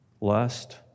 lust